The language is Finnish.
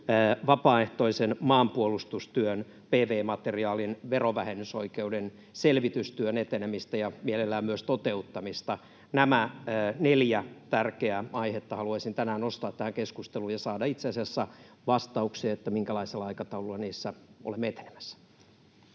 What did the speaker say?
vapaaehtoisen maanpuolustustyön PV-materiaalin verovähennysoikeuden selvitystyön etenemistä ja mielellään myös toteuttamista. Nämä neljä tärkeää aihetta haluaisin tänään nostaa tähän keskusteluun ja saada itse asiassa vastauksia, minkälaisella aikataululla niissä olemme etenemässä.